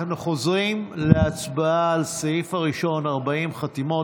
אנחנו חוזרים להצבעה על הסעיף הראשון, 40 חתימות.